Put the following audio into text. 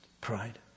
pride